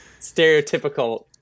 stereotypical